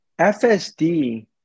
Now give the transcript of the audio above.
FSD